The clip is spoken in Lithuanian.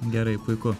gerai puiku